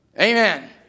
Amen